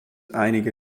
einige